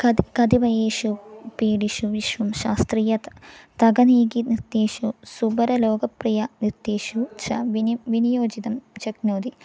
कदा कतिपयेषु पीडितेषु विश्वं शास्त्रीय तगनीकिनृत्येषु सुबरलोकप्रियनृत्येषु च विनि विनियोजितं शक्नोति